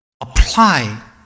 apply